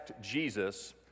Jesus